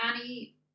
Annie